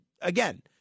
again